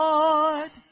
Lord